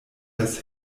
das